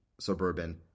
suburban